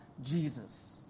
Jesus